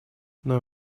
нам